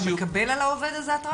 אתה מקבל התרעה על העובד הזה?